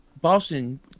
Boston